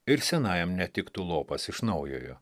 ir senajam netiktų lopas iš naujojo